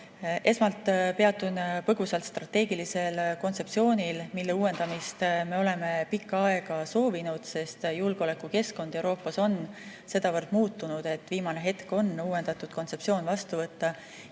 Esmalt peatun põgusalt strateegilisel kontseptsioonil, mille uuendamist me oleme pikka aega soovinud. Julgeolekukeskkond Euroopas on sedavõrd muutunud, et viimane hetk on uuendatud kontseptsioon vastu võtta.